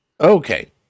okay